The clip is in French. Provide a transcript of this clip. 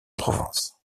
provence